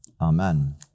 amen